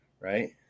right